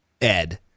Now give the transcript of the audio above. Ed